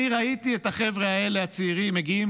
אני ראיתי את החבר'ה האלה הצעירים מגיעים